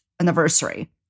anniversary